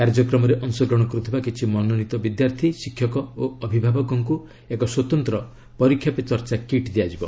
କାର୍ଯ୍ୟକ୍ରମରେ ଅଂଶଗ୍ରହଣ କରୁଥିବା କିଛି ମନୋନୀତ ବିଦ୍ୟାର୍ଥୀ ଶିକ୍ଷକ ଓ ଅଭିଭାବକ ଙ୍କୁ ଏକ ସ୍ୱତନ୍ତ୍ର 'ପରୀକ୍ଷା ପେ ଚର୍ଚ୍ଚା' କିଟ୍ ଦିଆଯିବ